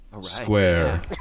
Square